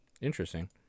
Interesting